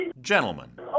Gentlemen